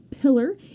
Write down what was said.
pillar